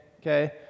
okay